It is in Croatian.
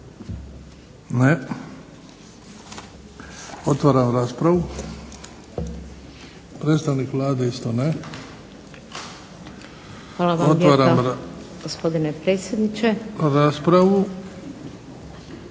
Ne. Otvaram raspravu. Predstavnik Vlade? Ne. Otvaram raspravu